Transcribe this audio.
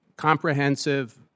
Comprehensive